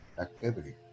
activity